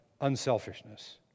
unselfishness